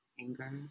anger